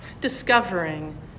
discovering